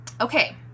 Okay